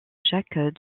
jacques